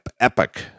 epic